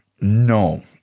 No